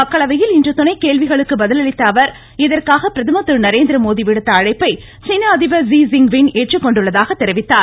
மக்களவையில் இன்று துணை கேள்விகளுக்கு பதிலளித்த அவர் இதற்காக பிரதமர் திரு நரேந்திர மோடி விடுத்த அழைப்பை சீன அதிபர் ஸீ ஜிங் பின் ஏற்றுக்கொண்டுள்ளதாக தெரிவித்தார்